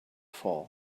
for